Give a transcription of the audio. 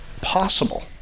possible